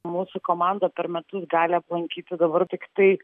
mūsų komanda per metus gali aplankyti dabar tiktai